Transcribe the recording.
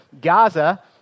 Gaza